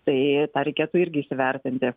tai tą reikėtų irgi įsivertinti